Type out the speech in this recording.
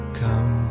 come